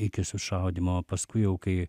iki sušaudymo o paskui jau kai